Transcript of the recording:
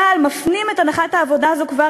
צה"ל מפנים את הנחת העבודה הזאת כבר